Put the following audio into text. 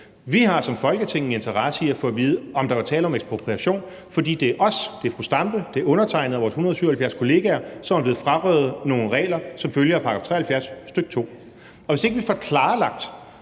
Vi har som Folketing en interesse i at få at vide, om der var tale om ekspropriation, fordi det er os – det er fru Zenia Stampe, det er undertegnede, og det er vores 177 kolleger – som er blevet frarøvet nogle regler som følge af § 73, stk. 2. Og hvis ikke vi får klarlagt,